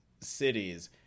Cities